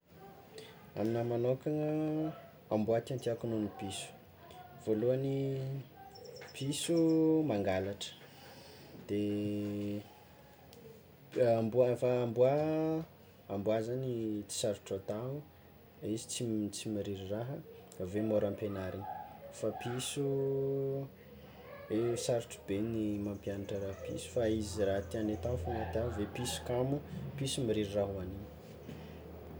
Aminahy magnokana, amboà tiàtiàko noho ny piso voalohany piso mangalatra de amboa va- amboà amboà zagny tsy sarotro atao izy tsy tsy mariry raha aveo môra ampianarina fa piso, e sarotro be ny mampianatra raha piso fa izy ze raha tiany atao fôgna atao aveo piso kamo, piso mariry raha hoagnina.